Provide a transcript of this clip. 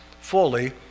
fully